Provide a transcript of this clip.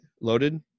Loaded